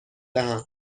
دهم